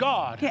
God